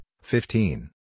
fifteen